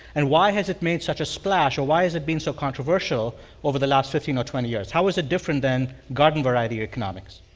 and why has it made such a splash or why has it been so controversial over the last fifteen or twenty years? how is it different than garden-variety economics?